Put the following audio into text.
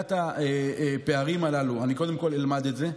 בסוגיית הפערים הללו, אני קודם כול אלמד את זה.